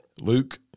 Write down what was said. Luke